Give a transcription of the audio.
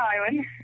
Island